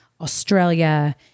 Australia